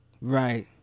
right